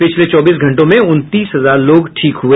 पिछले चौबीस घंटों में उनतीस हजार लोग ठीक हुए